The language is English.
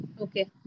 Okay